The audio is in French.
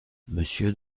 monsieur